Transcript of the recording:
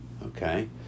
Okay